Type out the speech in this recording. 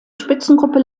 spitzengruppe